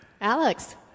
Alex